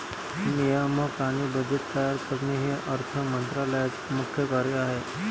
नियामक आणि बजेट तयार करणे हे अर्थ मंत्रालयाचे मुख्य कार्य आहे